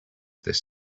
this